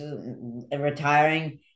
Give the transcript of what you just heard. retiring